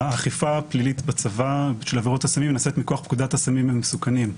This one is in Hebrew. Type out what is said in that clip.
האכיפה הפלילית בצבא של עבירות הסמים נעשית מכוח פקודת הסמים המסוכנים.